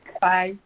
Bye